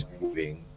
moving